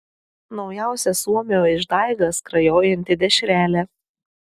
naujausia suomio išdaiga skrajojanti dešrelė